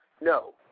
No